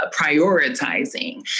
prioritizing